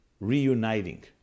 Reuniting